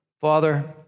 Father